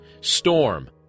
storm